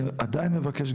אני עדיין מבקש,